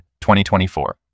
2024